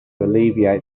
alleviate